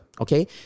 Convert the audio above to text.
Okay